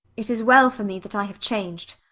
it is well for me that i have changed.